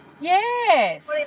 Yes